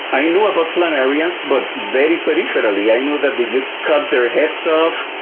i knew about planarians, but very peripherally. i knew that you cut their heads off,